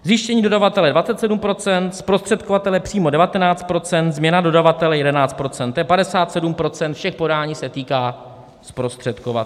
Zjištění dodavatele 27 %, zprostředkovatele přímo 19 %, změna dodavatele 11 %, to je 57 % všech podání se týká zprostředkovatelů.